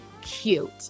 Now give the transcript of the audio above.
cute